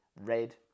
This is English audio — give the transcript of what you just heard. red